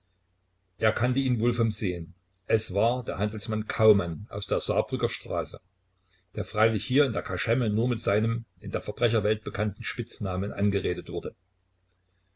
er kannte ihn wohl vom sehen es war der handelsmann kaumann aus der saarbrücker straße der freilich hier in der kaschemme nur mit seinem in der verbrecherwelt bekannten spitznamen angeredet wurde